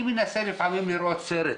אני מנסה לפעמים לראות סרט,